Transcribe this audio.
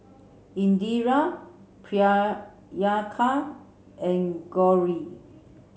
Indira Priyanka and Gauri